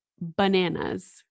bananas